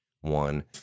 one